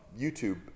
YouTube